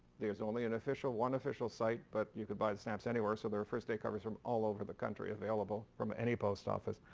there's only and one official site but you could buy the stamps anywhere so there are first day covers from all over the country available from any post office.